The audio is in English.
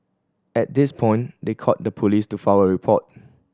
at this point they called the police to file a report